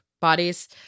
bodies